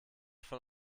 von